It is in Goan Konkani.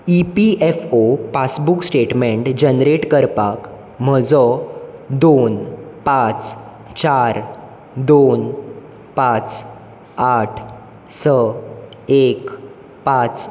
इ P F O passbook statement generate करपाक म्हजो दोन पांच चार दोन पांच आठ स एक पांच